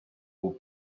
beau